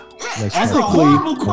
ethically